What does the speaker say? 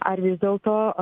ar vis dėlto